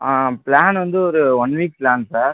plan வந்து ஒரு one week plan sir